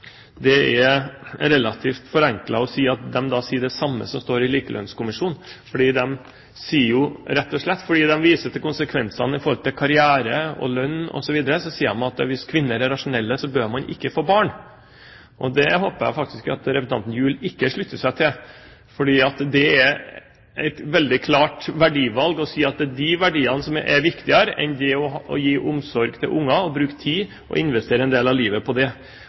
det er relativt forenklet å si at de sier det samme som Likelønnskommisjonen sier, rett og slett fordi de viser til konsekvensene i forhold til karriere og lønn osv. Så sier de at hvis kvinner er rasjonelle, så bør de ikke få barn. Det håper jeg faktisk representanten Gjul ikke slutter seg til, fordi det er et veldig klart verdivalg å si at de verdiene er viktigere enn det å gi omsorg til unger og bruke tid og investere en del av livet på det.